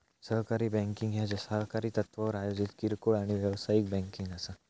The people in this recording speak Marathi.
सहकारी बँकिंग ह्या सहकारी तत्त्वावर आयोजित किरकोळ आणि व्यावसायिक बँकिंग असा